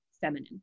feminine